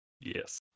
Yes